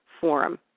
forum